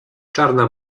czarna